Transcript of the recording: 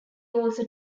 also